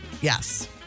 Yes